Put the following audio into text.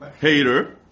hater